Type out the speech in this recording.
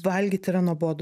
valgyt yra nuobodu